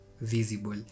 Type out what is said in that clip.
visible